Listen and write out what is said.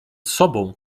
sobą